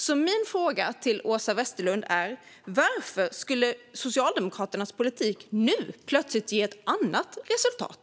Därför frågar jag Åsa Westlund: Varför skulle Socialdemokraternas politik nu plötsligt ge ett annat resultat?